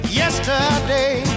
yesterday